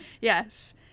yes